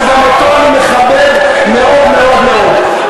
שגם אותו אני מכבד מאוד מאוד מאוד.